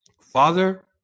Father